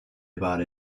about